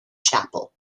chapel